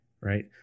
right